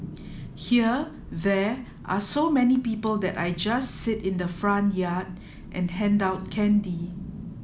here there are so many people that I just sit in the front yard and hand out candy